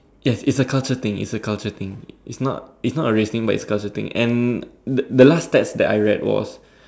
yes it's a culture thing it's a culture thing its not it's not a race thing but it's a culture thing and the last stats that I read was